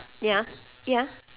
ya ya